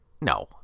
no